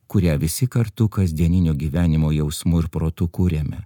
kurią visi kartu kasdieninio gyvenimo jausmu ir protu kuriame